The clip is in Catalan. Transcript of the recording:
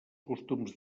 costums